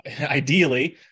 ideally